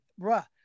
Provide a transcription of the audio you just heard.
bruh